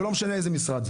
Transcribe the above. ולא משנה איזה משרד.